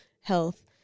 health